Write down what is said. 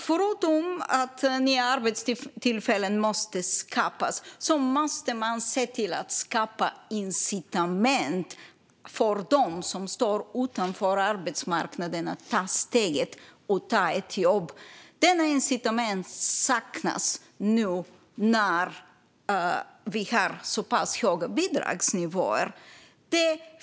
Förutom att nya arbetstillfällen måste skapas måste man också se till att skapa incitament för dem som står utanför arbetsmarknaden att ta steget och ta ett jobb. Dessa incitament saknas nu när vi har så pass höga bidragsnivåer.